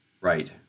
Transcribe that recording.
Right